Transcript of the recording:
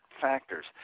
factors